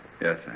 Yes